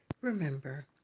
Remember